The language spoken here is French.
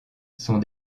sont